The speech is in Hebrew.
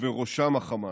ובראשם החמאס.